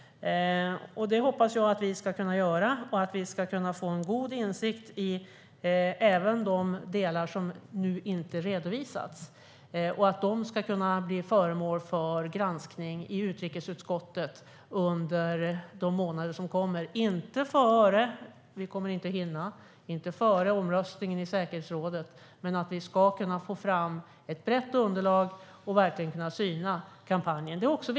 Det hoppas jag att vi ska kunna göra, så att vi får god insikt i även de delar som nu inte redovisas och att de ska kunna bli föremål för granskning i utrikesutskottet under de kommande månaderna. Vi kommer inte att hinna göra det före omröstningen i säkerhetsrådet. Men vi ska kunna få fram ett brett underlag för att verkligen kunna syna kampanjen. Fru talman!